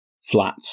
flat